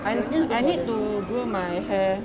I I need to do my hair